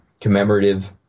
commemorative